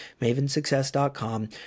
mavensuccess.com